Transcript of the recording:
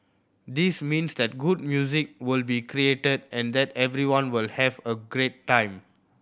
this means that good music will be created and that everyone will have a great time